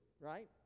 right